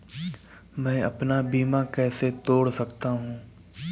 मैं अपना बीमा कैसे तोड़ सकता हूँ?